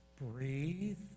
breathe